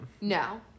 No